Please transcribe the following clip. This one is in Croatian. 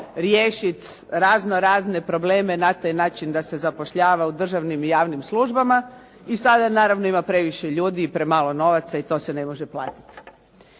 riješiti razno razne probleme na taj način da se zapošljava u državnim i javnim službama i sada naravno ima previše ljudi i premalo novaca i to se ne može platiti.